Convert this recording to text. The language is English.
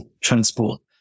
transport